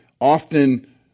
often